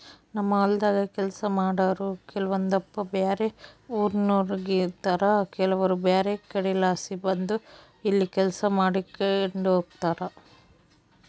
ನಮ್ಮ ಹೊಲದಾಗ ಕೆಲಸ ಮಾಡಾರು ಕೆಲವೊಂದಪ್ಪ ಬ್ಯಾರೆ ಊರಿನೋರಾಗಿರುತಾರ ಕೆಲವರು ಬ್ಯಾರೆ ಕಡೆಲಾಸಿ ಬಂದು ಇಲ್ಲಿ ಕೆಲಸ ಮಾಡಿಕೆಂಡಿರ್ತಾರ